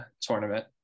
tournament